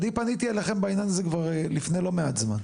אני פניתי אליכם עם העניין הזה לפני לא מעט זמן.